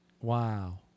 Wow